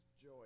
joy